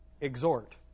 exhort